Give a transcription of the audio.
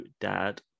Dad